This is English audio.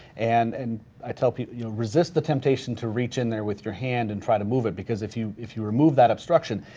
and and i tell people, resist the temptation to reach in there with your hand and try to move it because if you if you remove that obstruction,